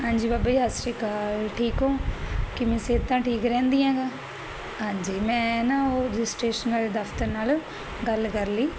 ਹਾਂਜੀ ਬਾਬਾ ਜੀ ਸਾਸੀਕਾਲ ਠੀਕ ਹੋ ਕਿਵੇਂ ਸਿਹਤਾਂ ਠੀਕ ਰਹਿੰਦੀ ਆਂਗਾ ਹਾਂਜੀ ਮੈਂ ਨਾ ਉਹ ਰਜਿਸਟਰੇਸ਼ਨ ਵਾਲੇ ਦਫਤਰ ਨਾਲ ਗੱਲ ਕਰ ਲਈ